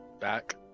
back